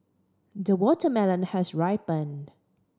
the watermelon has ripened